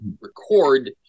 record